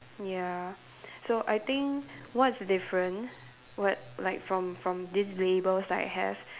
ya so I think what's different what like from from these labels I have